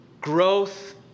growth